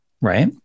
right